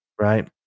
Right